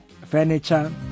furniture